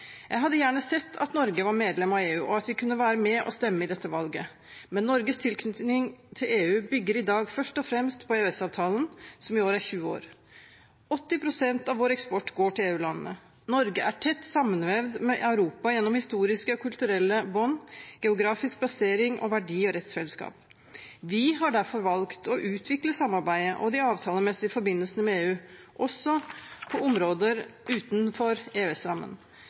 Jeg hadde gjerne sett at Norge var medlem av EU, og at vi kunne være med og stemme i dette valget, men Norges tilknytning til EU bygger i dag først og fremst på EØS-avtalen, som i år er 20 år. 80 pst. av vår eksport går til EU-landene. Norge er tett sammenvevd med Europa gjennom historiske og kulturelle bånd, geografisk plassering og verdi- og rettsfellesskap. Vi har derfor valgt å utvikle samarbeidet og de avtalemessige forbindelsene med EU også på områder utenfor